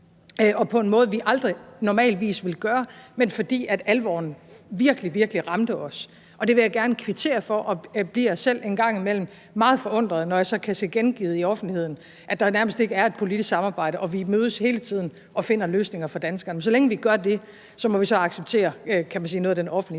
og på en måde, vi normalt aldrig ville gøre, men fordi alvoren virkelig, virkelig ramte os. Det vil jeg gerne kvittere for, og jeg bliver selv en gang imellem meget forundret, når jeg så kan se gengivet i offentligheden, at der nærmest ikke er et politisk samarbejde; vi mødes hele tiden og finder løsninger for danskerne. Så længe vi gør det, må vi så acceptere noget af den offentlige